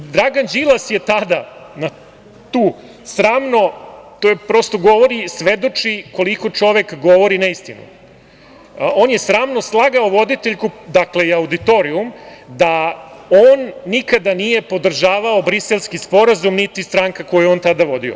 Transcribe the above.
Dragan Đilas je tada na tu sramnu, to prosto govori, svedoči koliko čovek govori neistinu, on je sramno slagao voditeljku i auditorijum da on nikada nije podržavao Briselski sporazum, niti stranka koju je on vodio.